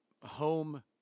home